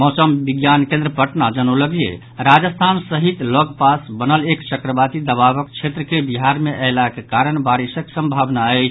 मौसम विज्ञान केन्द्र पटना जनौलक जे राजस्थान सहित लऽग पास बनल एक चक्रवाती दबावक क्षेत्र के बिहार मे अयलाक कारण बारिशक संभावना अछि